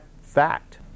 fact